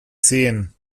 sehen